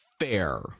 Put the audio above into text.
fair